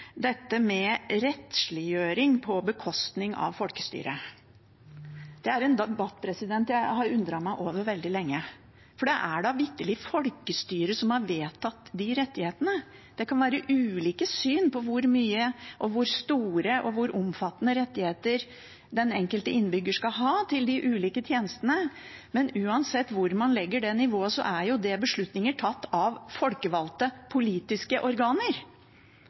dette med rettsliggjøring på bekostning av folkestyret. Det er en debatt jeg har undret meg over veldig lenge. For det er da vitterlig folkestyret som har vedtatt rettighetene. Det kan være ulike syn på hvor mye, hvor store og hvor omfattende rettigheter den enkelte innbygger skal ha til de ulike tjenestene, men uansett hvor man legger det nivået, er jo det beslutninger tatt av folkevalgte politiske organer.